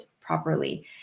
properly